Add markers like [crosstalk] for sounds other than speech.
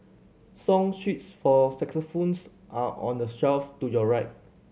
song sheets for [unintelligible] are on the shelf to your right